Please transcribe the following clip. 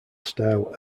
style